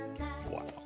wow